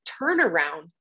turnaround